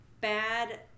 bad